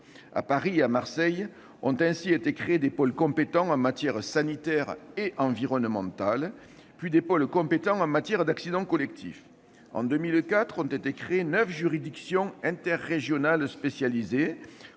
À Paris et à Marseille, ont ainsi été créés des pôles compétents en matière sanitaire et environnementale, puis des pôles compétents en matière d'accidents collectifs. En 2004, ont été créées 9 juridictions interrégionales spécialisées,